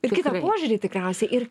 ir kitą požiūrį tikriausiai ir